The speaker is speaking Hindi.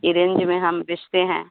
इसी रेन्ज में हम बेचते हैं